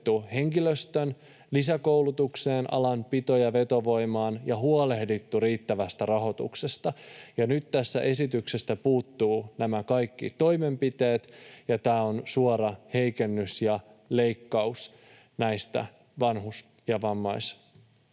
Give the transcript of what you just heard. henkilöstön lisäkoulutukseen ja alan pito- ja vetovoimaan ja huolehdittu riittävästä rahoituksesta. Nyt tästä esityksestä puuttuvat nämä kaikki toimenpiteet, ja tämä on suora heikennys ja leikkaus näistä vanhus- ja